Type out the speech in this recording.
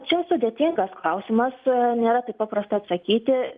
čia sudėtingas klausimas nėra taip paprasta atsakyti